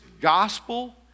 gospel